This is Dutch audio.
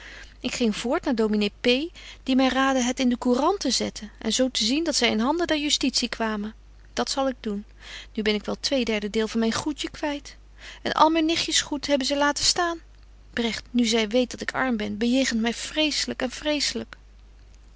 ik ging voort naar domine p die my raadde het in de courant te zetten en zo te zien dat zy in handen der justitie kwamen dat zal ik doen nu ben ik wel twee derde deel van myn goedje kwyt en al myn nichtjes goed hebben zy laten staan bregt nu zy weet dat ik arm ben bejegent my vreselyk en